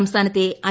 സംസ്ഥാനത്തെ ഐ